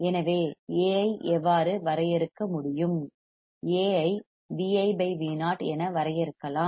எனவே A ஐ எவ்வாறு வரையறுக்க முடியும் A ஐ Vi Vo என வரையறுக்கலாம்